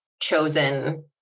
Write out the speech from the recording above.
chosen